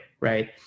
right